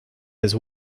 his